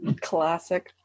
classic